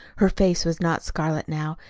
her face was not scarlet now.